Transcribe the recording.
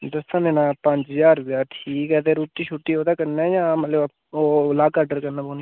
दस्सें दिने दा पंज ज्हार रपेआ ठीक ऐ ते रुट्टी शुट्टी ओह्दे कन्नै जां मतलब ओह् अलग आर्डर करनी पौनी